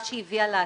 מה שהביא לעתירות.